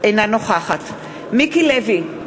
אינה נוכחת מיקי לוי,